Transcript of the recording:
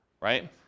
right